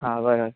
हां बरोबर